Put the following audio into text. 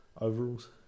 Overalls